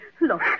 Look